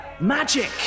magic